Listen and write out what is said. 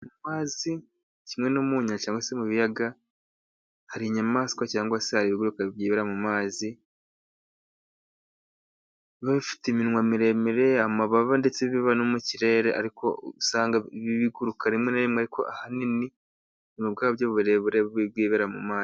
Mu mazi kimwe no munyanja cyangwa se mu biyaga, hari inyamaswa cyangwa se hari ibiguruka byibera mu mazi, biba bifite iminwa miremire, amababa ndetse biba no mu kirere ariko usanga biguruka rimwe na rimwe ariko ahanini ubuzima bwabyo burebure bwibera mu mazi.